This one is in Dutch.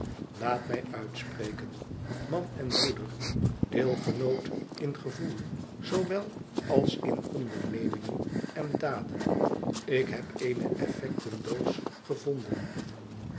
laat mij uitspreken man en broeder deelgenoot in gevoel zoowel als in ondernemingen en daden ik heb eene effectendoos gevonden